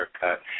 haircut